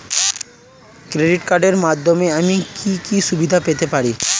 Credit কার্ডের মাধ্যমে আমি কি কি সুবিধা পেতে পারি?